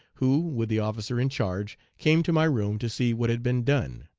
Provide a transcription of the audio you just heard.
who, with the officer in charge came to my room to see what had been done.